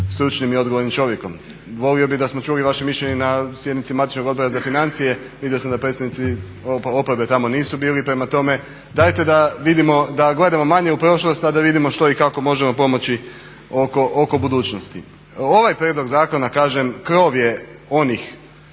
stručnim i odgovornim čovjekom. Volio bih da smo čuli vaše mišljenje na sjednici matičnog Odbora za financije. Vidio sam da predstavnici oporbe tamo nisu bili, prema tome dajte da gledamo manje u prošlost, a da vidimo što i kako možemo pomoći oko budućnosti. Ovaj prijedlog zakona kažem krov je onih